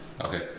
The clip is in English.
Okay